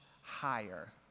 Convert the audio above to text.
higher